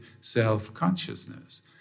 self-consciousness